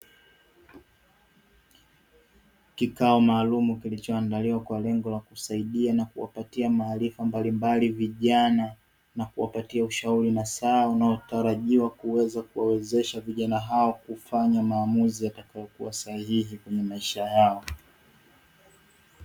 Kikao maalumu kilichoandaliwa kwa lengo la kusaidia na kuwapatia maarifa mbalimbali vijana na kuwapatia ushauri nasaha unaotarajiwa kuwawezesha vijana hao kufanya maamuzi yatakayokua sahihih kwenye maisha yao.